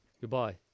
Goodbye